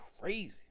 crazy